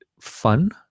fun